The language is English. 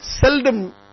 seldom